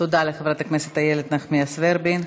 תודה לחברת הכנסת איילת נחמיאס ורבין.